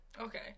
Okay